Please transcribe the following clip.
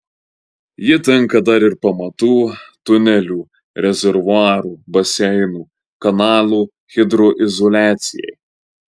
ji tinka dar ir pamatų tunelių rezervuarų baseinų kanalų hidroizoliacijai